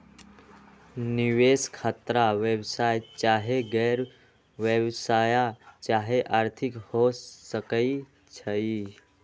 निवेश खतरा व्यवसाय चाहे गैर व्यवसाया चाहे आर्थिक हो सकइ छइ